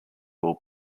will